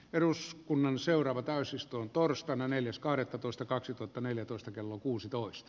eduskunnan seuraava täysistun torstaina neljäs kahdettatoista kaksituhattaneljätoista kello kuusitoista